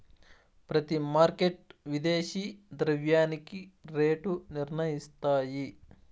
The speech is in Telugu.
ప్రతి మార్కెట్ విదేశీ ద్రవ్యానికి రేటు నిర్ణయిస్తాయి